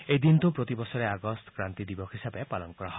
এই দিনটো প্ৰতি বছৰে আগষ্ট ক্ৰান্তি দিৱস হিচাপে পালন কৰা হয়